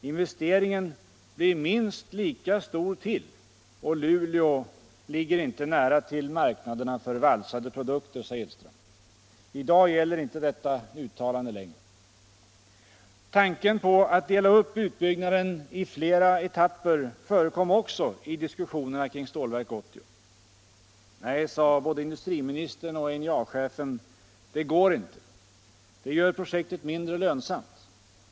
”Investeringen blir minst lika stor till och Luleå ligger inte nära till marknaderna för valsade produkter”, sade Edström. I dag gäller inte detta uttalande längre. Tanken på att dela upp utbyggnaden i flera etapper förekom också i diskussionerna kring Stålverk 80. Nej, sade både industriministern och NJA-chefen. Det går inte. Det gör projektet mindre lönsamt.